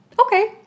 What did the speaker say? okay